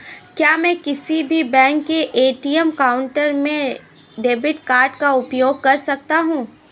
क्या मैं किसी भी बैंक के ए.टी.एम काउंटर में डेबिट कार्ड का उपयोग कर सकता हूं?